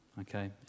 okay